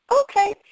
Okay